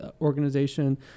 organization